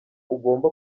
ugomba